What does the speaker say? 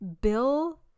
Bill